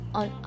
on